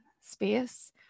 space